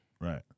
right